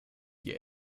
die